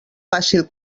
fàcil